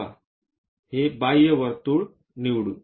चला हे बाह्य वर्तुळ निवडू